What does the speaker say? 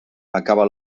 acaba